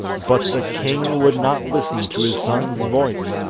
but the king would not listen to his son's voice,